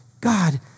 God